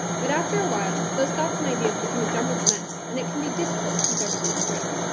but after awhile, those thoughts and ideas become a jumbled mess and it can be difficult to keep everything straight.